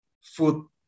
food